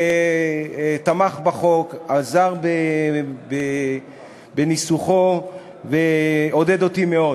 שתמך בחוק, עזר בניסוחו ועודד אותי מאוד.